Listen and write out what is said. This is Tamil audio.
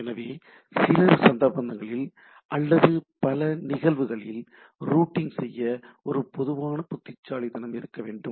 எனவே சில சந்தர்ப்பங்களில் அல்லது பல நிகழ்வுகளில் ரூட்டிங் செய்ய ஒரு பொதுவான புத்திசாலித்தனம் இருக்க வேண்டும்